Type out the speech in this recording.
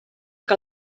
que